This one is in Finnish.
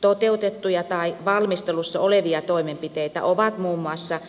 toteutettuja tai valmistelussa olevia toimenpiteitä ovat muun muassa